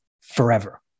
forever